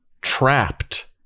Trapped